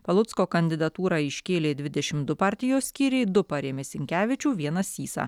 palucko kandidatūrą iškėlė dvidešim du partijos skyriai du parėmė sinkevičių vienas sysą